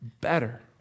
better